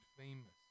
famous